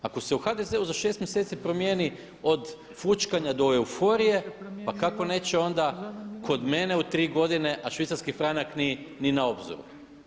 Ako se u HDZ-u za 6 mjeseci promjeni od fućkanja do euforije pa kako neće onda kod mene u tri godine, a švicarski franak ni na obzoru.